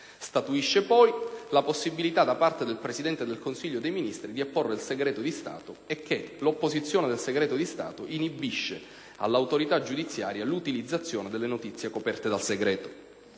Statuisce poi la possibilità, da parte del Presidente del Consiglio dei ministri, di apporre il segreto di Stato e che l'opposizione del segreto di Stato inibisce all'autorità giudiziaria l'utilizzazione delle notizie coperte dal segreto